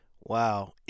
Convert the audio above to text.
Wow